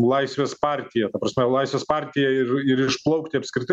laisvės partija ta prasme laisvės partija ir ir išplaukti apskritai